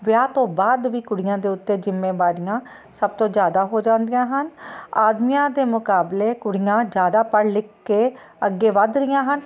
ਵਿਆਹ ਤੋਂ ਬਾਅਦ ਵੀ ਕੁੜੀਆਂ ਦੇ ਉੱਤੇ ਜ਼ਿੰਮੇਦਾਰੀਆਂ ਸਭ ਤੋਂ ਜ਼ਿਆਦਾ ਹੋ ਜਾਂਦੀਆਂ ਹਨ ਆਦਮੀਆਂ ਦੇ ਮੁਕਾਬਲੇ ਕੁੜੀਆਂ ਜ਼ਿਆਦਾ ਪੜ੍ਹ ਲਿਖ ਕੇ ਅੱਗੇ ਵੱਧ ਰਹੀਆਂ ਹਨ